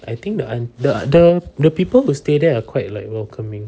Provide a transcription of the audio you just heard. I think the aunt~ the the people who stay there are quite like welcoming